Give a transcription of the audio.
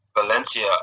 Valencia